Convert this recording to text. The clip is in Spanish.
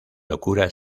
locura